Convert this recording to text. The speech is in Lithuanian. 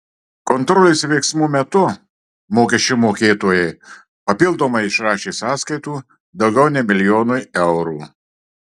kontrolės veiksmų metu mokesčių mokėtojai papildomai išrašė sąskaitų daugiau nei milijonui eurų